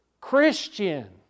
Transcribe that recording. Christian